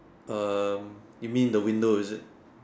um you mean the window is it